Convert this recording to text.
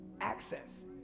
access